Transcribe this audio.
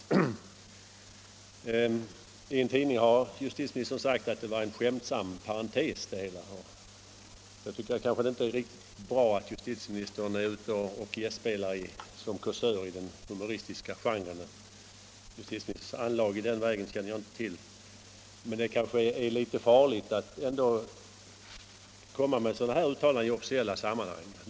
Enligt en tidning lär justitieministern ha sagt att det hela var en skämtsam parentes, men jag tycker inte det är så lyckligt att justitieministern är ute och gästspelar som kåsör i den humoristiska genren. Justitieministerns anlag i den vägen känner jag inte till, men det är väl ändå litet farligt att göra sådana här uttalanden i officiella sammanhang.